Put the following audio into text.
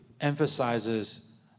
emphasizes